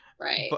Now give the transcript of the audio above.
right